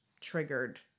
triggered